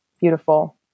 beautiful